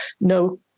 no